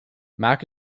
mack